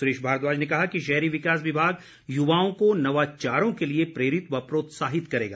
सुरेश भारद्वाज ने कहा कि शहरी विकास विभाग युवाओं को नवाचारों के लिए प्रेरित व प्रोत्साहित करेगा